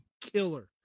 killer